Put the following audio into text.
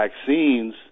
vaccines